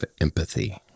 empathy